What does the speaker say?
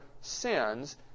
sins